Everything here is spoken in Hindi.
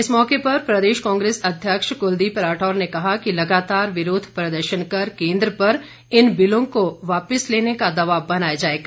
इस मौके पर प्रदेश कांग्रेस अध्यक्ष कुलदीप राठौर ने कहा कि लगातार विरोध प्रदर्शन कर केंद्र पर इन बिलों को वापिस लेने का दबाव बनाया जाएगा